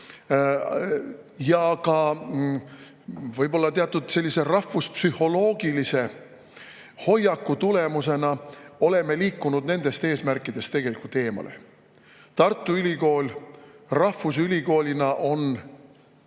ja võib-olla ka teatud rahvuspsühholoogilise hoiaku tõttu me oleme liikunud nendest eesmärkidest tegelikult eemale. Tartu Ülikool rahvusülikoolina on